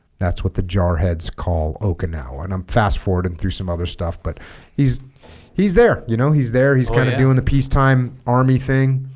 that's what the jarheads call okinawa and i'm fast forwarding through some other stuff but he's he's there you know he's there he's kind of doing the peacetime army thing